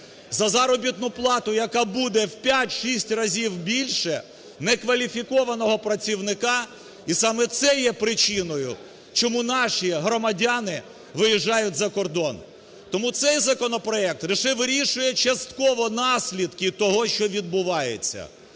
за заробітну плату, яка буде в 5-6 разів більше некваліфікованого працівника, і саме це є причиною чому наші громадяни виїжджають за кордон. Тому цей законопроект лише вирішує частково наслідки того, що відбувається.